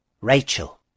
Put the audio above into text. Rachel